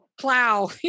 Plow